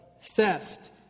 theft